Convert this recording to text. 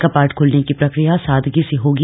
कपाट खुलने की प्रकिया सादगी से होगी